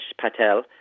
Patel